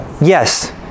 Yes